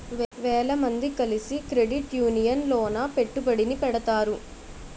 వేల మంది కలిసి క్రెడిట్ యూనియన్ లోన పెట్టుబడిని పెడతారు